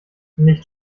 nicht